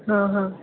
હાં હાં